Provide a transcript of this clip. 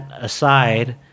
aside